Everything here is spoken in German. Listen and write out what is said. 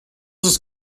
ist